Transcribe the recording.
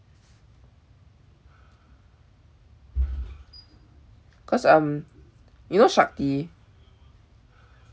because um you know shanti